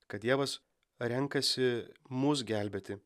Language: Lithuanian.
kad dievas renkasi mus gelbėti